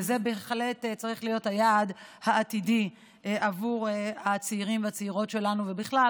וזה בהחלט צריך להיות היעד העתידי עבור הצעירים והצעירות שלנו ובכלל,